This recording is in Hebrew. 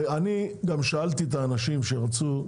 אני שאלתי את האנשים שרצו,